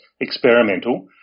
experimental